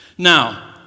Now